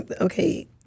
okay